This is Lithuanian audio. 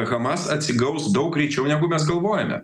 hamas atsigaus daug greičiau negu mes galvojame